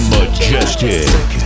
Majestic